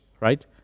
right